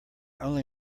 only